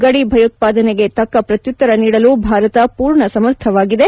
ಗದಿ ಭಯೋತ್ಪಾದನೆಗೆ ತಕ್ಕ ಪ್ರತ್ಯುತ್ತರ ನೀಡಲು ಭಾರತ ಪೂರ್ಣ ಸಮರ್ಥವಾಗಿದೆ